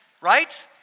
right